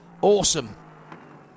awesome